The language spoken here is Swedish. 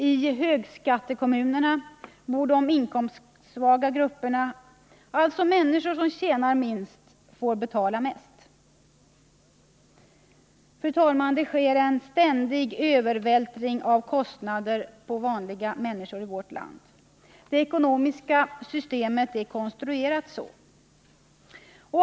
I högskattekommunerna bor de inkomstsvaga grupperna. Människor som tjänar minst får alltså betala mest. Fru talman! Det sker en ständig övervältring av kostnader på vanliga människor i vårt land. Det ekonomiska systemet är konstruerat så.